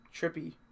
Trippy